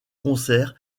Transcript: concerts